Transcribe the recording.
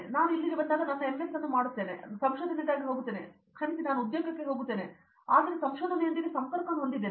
ನಾನು ಇಲ್ಲಿಗೆ ಬಂದಾಗ ನಾನು ನನ್ನ ಎಂಎಸ್ ಅನ್ನು ಮಾಡುತ್ತೇನೆ ಮತ್ತು ನಾನು ಸಂಶೋಧನೆಗಾಗಿ ಹೋಗುತ್ತೇನೆ ಕ್ಷಮಿಸಿ ನಾನು ಉದ್ಯೋಗಕ್ಕಾಗಿ ಹೋಗುತ್ತೇನೆ ಆದರೆ ಸಂಶೋಧನೆಯೊಂದಿಗೆ ಸಂಪರ್ಕವನ್ನು ಹೊಂದಿದ್ದೇನೆ